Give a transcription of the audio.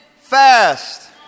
fast